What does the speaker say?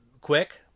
quick